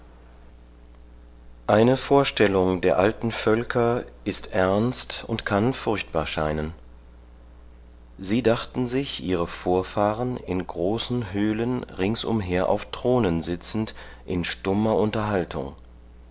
eine vorstellung der alten völker ist ernst und kann furchtbar scheinen sie dachten sich ihre vorfahren in großen höhlen ringsumher auf thronen sitzend in stummer unterhaltung